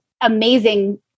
amazing